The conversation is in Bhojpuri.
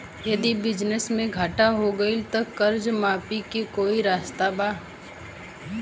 यदि बिजनेस मे घाटा हो गएल त कर्जा माफी के कोई रास्ता बा?